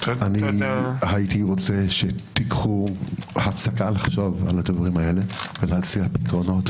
אני הייתי רוצה שתיקחו הפסקה לחשוב על הדברים האלה ולהציע פתרונות